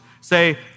say